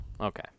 Okay